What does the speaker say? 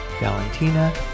valentina